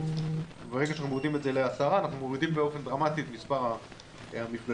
ברגע שמורידים את זה לעשרה אנחנו מורידים באופן דרמטי את מס' המפגשים.